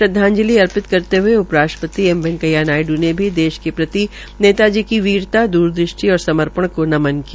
श्रदवाजंलि अर्पित करते हये उपराष्ट्रपति एम वैकेंया नायडू ने भी देश के प्रति नेता जी की वीरता द्रदृष्टि और समर्पण को नमन किया